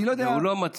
אבל הוא לא,